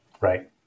Right